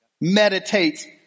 meditate